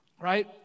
Right